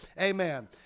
Amen